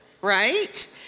right